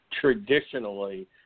traditionally